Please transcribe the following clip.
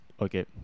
okay